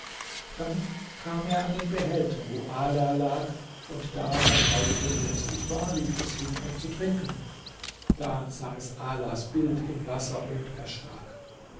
dann kam er an den behälter wo ala lag und da sein maultier durstig war lief es hin um zu trinken da sah es alas bild im wasser und erschrak